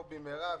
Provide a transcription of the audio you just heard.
במהרה.